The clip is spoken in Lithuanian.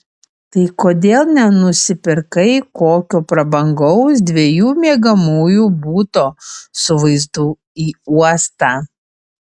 tai kodėl nenusipirkai kokio prabangaus dviejų miegamųjų buto su vaizdu į uostą